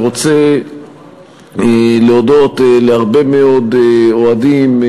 אני רוצה להודות להרבה מאוד אוהדים,